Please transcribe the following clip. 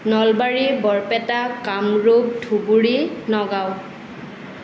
Nalbari Barpeta Kamrup Dhubri Nagaon